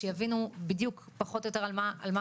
שיבינו פחות או יותר על מה מדובר,